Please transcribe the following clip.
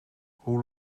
hoe